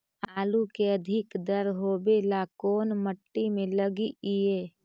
आलू के अधिक दर होवे ला कोन मट्टी में लगीईऐ?